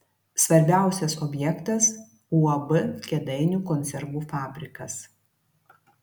svarbiausias objektas uab kėdainių konservų fabrikas